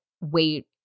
wait